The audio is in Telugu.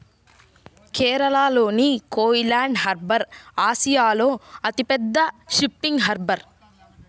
కేరళలోని కోయిలాండి హార్బర్ ఆసియాలో అతిపెద్ద ఫిషింగ్ హార్బర్